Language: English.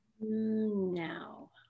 now